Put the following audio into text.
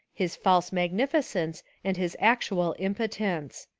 his false mag nificence and his actual impotence.